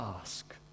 ask